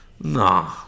Nah